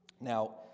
Now